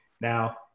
now